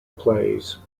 plays